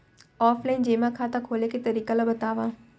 Offline जेमा खाता खोले के तरीका ल बतावव?